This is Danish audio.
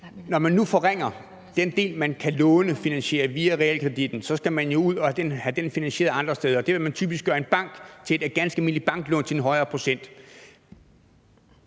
der sker en forringelse af den del, man kan lånefinansiere via realkreditten, så skal man jo ud og have det finansieret andre steder, og det vil man typisk gøre i en bank, hvor man vil tage et ganske almindeligt banklån til en højere procent.